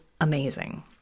amazing